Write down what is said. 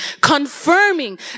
Confirming